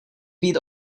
být